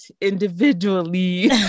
individually